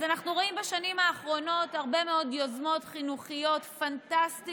אז אנחנו רואים בשנים האחרונות הרבה מאוד יוזמות חינוכיות פנטסטיות